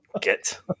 Get